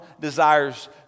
desires